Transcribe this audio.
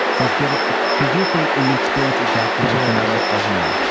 just give up because you think and you experience ejaculation as a man?